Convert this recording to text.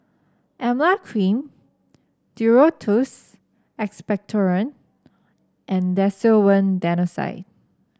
Emla Cream Duro Tuss Expectorant and Desowen Desonide